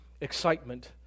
excitement